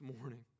morning